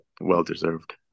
well-deserved